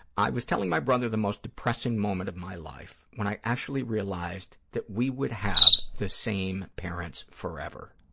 i was telling my brother the most depressing moment of my life, when i actually realized that we would have the same parents forever.